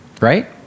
right